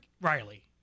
Riley